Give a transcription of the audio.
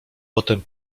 potem